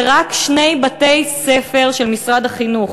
ורק שני בתי-ספר של משרד החינוך.